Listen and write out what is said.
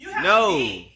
No